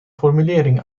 formulering